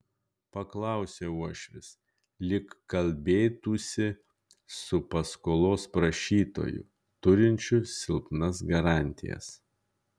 paklausė uošvis lyg kalbėtųsi su paskolos prašytoju turinčiu silpnas garantijas